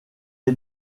est